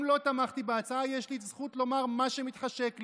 אם לא תמכתי בהצעה, יש לי זכות לומר מה שמתחשק לי.